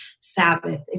Sabbath